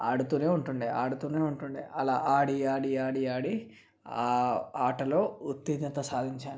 ఆడుతూనే ఉంటుండేది ఆడుతూనే ఉంటుండే అలా ఆడి ఆడి ఆడి ఆడి ఆ ఆటలో ఉత్తీర్ణత సాధించాను